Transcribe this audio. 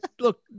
look